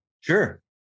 Sure